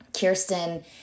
Kirsten